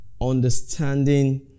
understanding